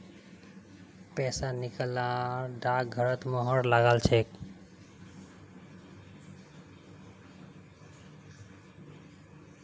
पैसा निकला ल डाकघरेर मुहर लाग छेक